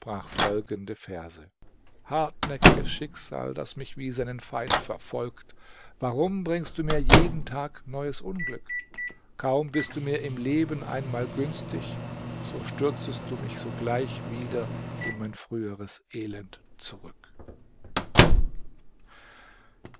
folgende verse hartnäckiges schicksal das mich wie seinen feind verfolgt warum bringst du mir jeden tag neues unglück kaum bist du mir im leben einmal günstig so stürzest du mich sogleich wieder in mein früheres elend zurück